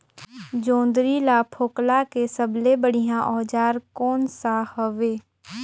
जोंदरी ला फोकला के सबले बढ़िया औजार कोन सा हवे?